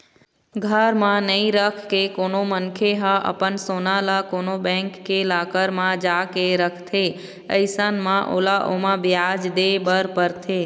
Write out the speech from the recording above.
घर म नइ रखके कोनो मनखे ह अपन सोना ल कोनो बेंक के लॉकर म जाके रखथे अइसन म ओला ओमा बियाज दे बर परथे